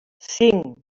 cinc